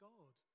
God